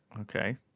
Okay